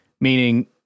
meaning